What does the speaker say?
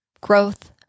Growth